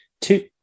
two